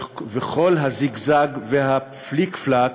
וכל הזיגזג והפליק-פלאק,